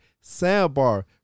Sandbar